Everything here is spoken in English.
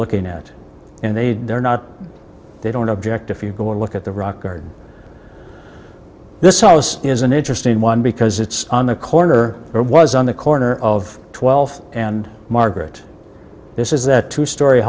looking at and they'd they're not they don't object if you go and look at the rock garden this house is an interesting one because it's on the corner there was on the corner of twelfth and margaret this is that two stor